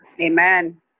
Amen